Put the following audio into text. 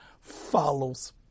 follows